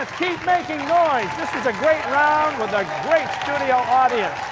ah keep making noise! this was a great round with a great studio audience.